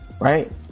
right